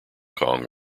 kong